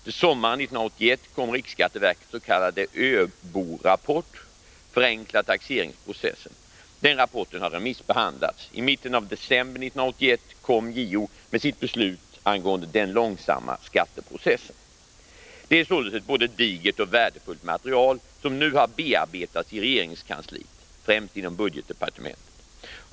Till sommaren 1981 kom riksskatteverkets s.k. ÖBO-rapport Förenkla taxeringsprocessen. Den rapporten har remissbehandlats. I mitten av december 1981 kom JO med sitt beslut angående Den långsamma skatteprocessen. Det är således ett både digert och värdefullt material som nu har bearbetats i regeringskansliet, främst inom budgetdepartementet.